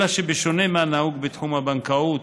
אלא שבשונה מהנהוג בתחום הבנקאות,